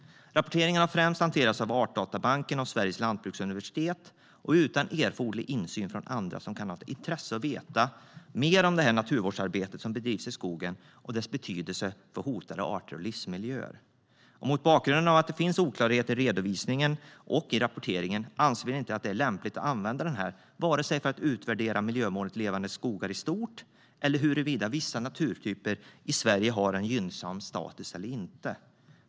Rapporteringen har främst hanterats av Artdatabanken och Sveriges lantbruksuniversitet och utan erforderlig insyn från andra som kan ha intresse av att veta mer om det naturvårdsarbete som bedrivs i skogen och dess betydelse för hotade arter och livsmiljöer. Mot bakgrund av att det finns oklarheter i redovisningen och i rapporteringen anser vi inte att det är lämpligt att använda detta för att utvärdera vare sig miljömålet Levande skogar i stort eller huruvida vissa naturtyper i Sverige har en gynnsam status eller inte.